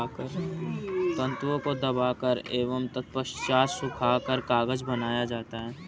तन्तुओं को दबाकर एवं तत्पश्चात सुखाकर कागज बनाया जाता है